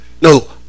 No